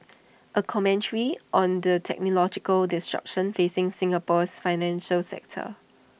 A commentary on the technological disruption facing Singapore's financial sector